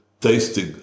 tasting